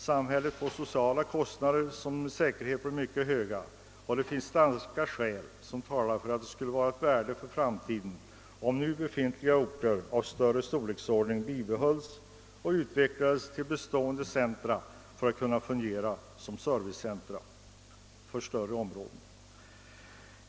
Samhället får sociala kostnader som med säkerhet blir mycket höga, och det finns starka skäl som talar för att det skulle vara av värde för framtiden om nu befintliga orter av större storleksordning bibehölls och utvecklades till bestående centra för att kunna fungera som servicecentra för större områden.